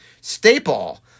staple